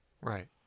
Right